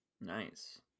Nice